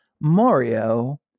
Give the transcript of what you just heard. Mario